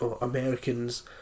Americans